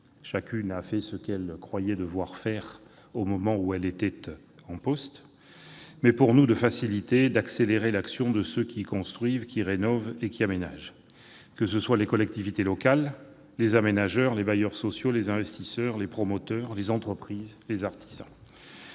elles a fait ce qu'elle croyait devoir faire au moment où elle était en poste. Nous voulons faciliter et accélérer l'action de ceux qui construisent, rénovent et aménagent, qu'il s'agisse des collectivités locales, des aménageurs, des bailleurs sociaux, des investisseurs, des promoteurs, des entreprises, des artisans,